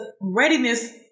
readiness